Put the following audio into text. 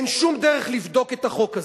אין שום דרך לבדוק את החוק הזה.